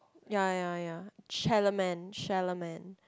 ya ya ya Chella-Man Chella-Man